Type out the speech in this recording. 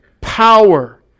power